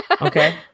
Okay